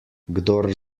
kdor